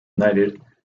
knighted